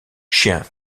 chiens